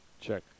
Check